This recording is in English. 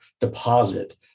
deposit